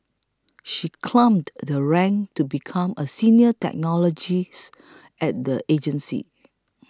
she climbed the ranks to become a senior technologist at the agency